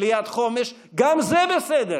ליד חומש, גם זה בסדר.